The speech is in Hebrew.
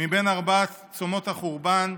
מארבעת צומות החורבן: